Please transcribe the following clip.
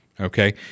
okay